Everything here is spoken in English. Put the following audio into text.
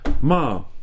Mom